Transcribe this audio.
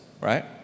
right